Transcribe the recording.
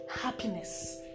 happiness